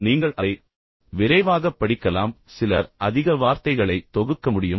எனவே நீங்கள் அதை விரைவாகப் படிக்கலாம் சிலர் அதிக வார்த்தைகளை தொகுக்க முடியும்